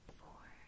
four